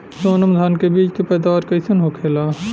सोनम धान के बिज के पैदावार कइसन होखेला?